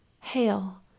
Hail